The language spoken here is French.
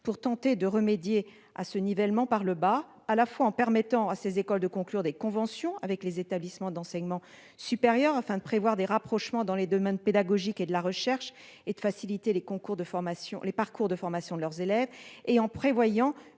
pour tenter de remédier à ce nivellement par le bas, à la fois en permettant à ces écoles de conclure des conventions avec les établissements d'enseignement supérieur, afin de prévoir des rapprochements dans les domaines pédagogique et de la recherche, et de faciliter les parcours de formation de leurs élèves, et en prévoyant